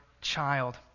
child